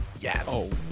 Yes